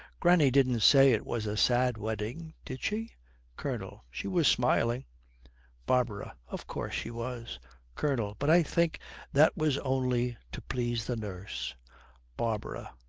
granny didn't say it was a sad wedding, did she colonel. she was smiling barbara. of course she was colonel. but i think that was only to please the nurse barbara.